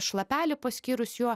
šlapelį paskyrus juo